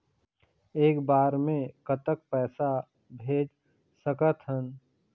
एक बार मे कतक पैसा भेज सकत हन?